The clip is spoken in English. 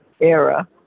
era